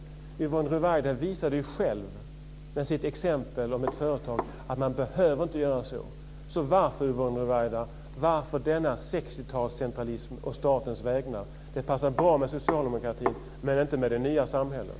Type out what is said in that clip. Yvonne Ruwaida visade själv med sitt exempel av ett företag att man inte behöver göra så. Varför denna 60-talscentralism å statens vägnar, Yvonne Ruwaida? Det passar bra med socialdemokratin men inte med det nya samhället.